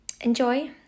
enjoy